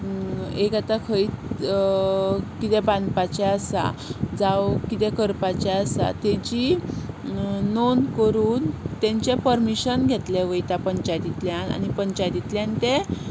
एक आतां खंयी कितें बांदपाचें आसा जावं कितें करपाचें आसा तेजी नोंद करून तेंचे पर्मिशन घेतलें वयता पंचायतींतल्यान आनी पंचायतींतल्यान तें